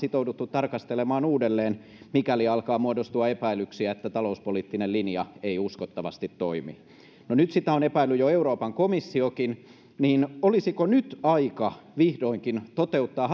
on sitouduttu tarkastelemaan uudelleen mikäli alkaa muodostua epäilyksiä että talouspoliittinen linja ei uskottavasti toimi no nyt kun sitä on epäillyt jo euroopan komissiokin olisiko nyt aika vihdoinkin toteuttaa